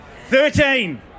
Thirteen